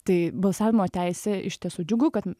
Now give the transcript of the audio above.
tai balsavimo teisė iš tiesų džiugu kad